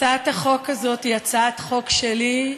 הצעת החוק הזאת היא הצעת חוק שלי,